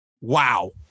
wow